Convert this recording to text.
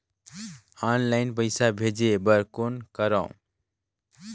Online पईसा भेजे बर कौन करव?